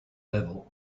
level